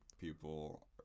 people